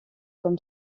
comme